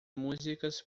músicas